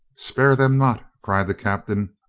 spare them not! cried the captain.